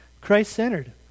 Christ-centered